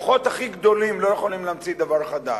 המוחות הכי גדולים לא יכולים להמציא דבר חדש.